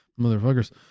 motherfuckers